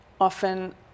often